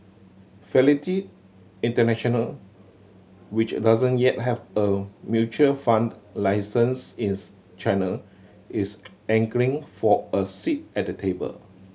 International which doesn't yet have a mutual fund license in China is angling for a seat at the table